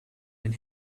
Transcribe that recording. ein